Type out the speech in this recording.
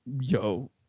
Yo